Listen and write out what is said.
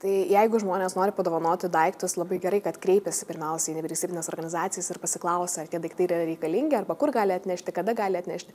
tai jeigu žmonės nori padovanoti daiktus labai gerai kad kreipiasi pirmiausia į nevyriausybines organizacijas ir pasiklausia tie daiktai yra reikalingi arba kur gali atnešti kada gali atnešti